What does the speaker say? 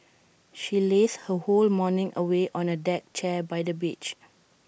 she lazed her whole morning away on A deck chair by the beach